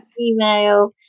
email